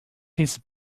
his